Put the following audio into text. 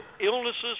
illnesses